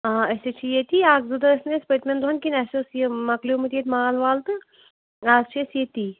آ ٲسۍ حظ چھِ ییٚتی اَکھ زٕ دۄہ ٲسۍ نہٕ پٔتۍمیٚن دۅہَن کِہیٖنٛۍ اَسہِ اوس یہِ مۅکلیومُت ییٚتہِ مال وال تہٕ اَز چھِ أسۍ ییٚتی